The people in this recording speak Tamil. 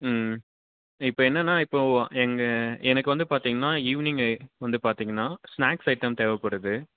ம் இப்போ என்னென்னால் இப்போது என்க்கு எனக்கு வந்து பார்த்தீங்கன்னா ஈவினிங்கு வந்து பார்த்தீங்கன்னா ஸ்நேக்ஸ் ஐட்டம் தேவைப்படுது